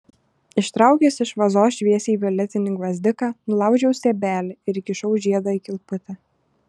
ištraukęs iš vazos šviesiai violetinį gvazdiką nulaužiau stiebelį ir įkišau žiedą į kilputę